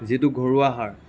যিটো ঘৰুৱা সাৰ